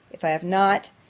if i have not,